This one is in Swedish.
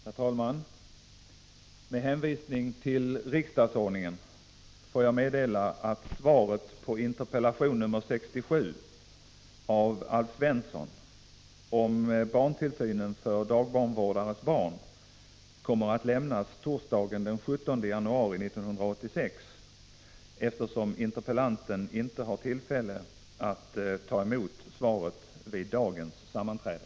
Herr talman! Med hänvisning till riksdagsordningen får jag meddela att svaret på interpellation nr 67 av Alf Svensson om barntillsynen för dagbarnvårdarnas barn kommer att lämnas torsdagen den 17 januari 1986, eftersom interpellanten inte har tillfälle att ta emot svaret vid dagens sammanträde.